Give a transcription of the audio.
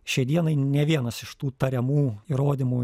šiai dienai nė vienas iš tų tariamų įrodymų